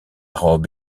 robe